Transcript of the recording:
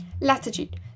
Latitude